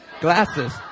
glasses